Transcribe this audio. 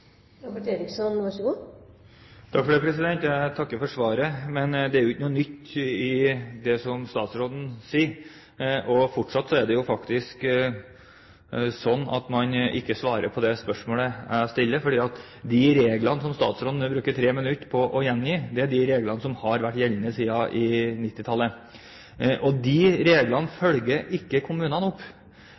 Jeg takker for svaret, men det var jo ikke noe nytt i det statsråden sa. Faktisk svarte han ikke på det spørsmålet jeg stilte. De reglene som statsråden nå brukte 3 minutter på å gjengi, er regler som har vært gjeldende siden 1990-tallet. De reglene følger ikke kommunene opp.